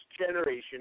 generation